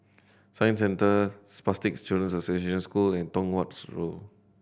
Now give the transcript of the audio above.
Science Centre Spastic Children's Association School and Tong Watt Road